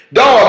Dog